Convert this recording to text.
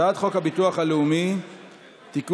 הצעת חוק הביטוח הלאומי (תיקון,